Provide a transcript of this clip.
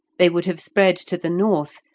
they would have spread to the north,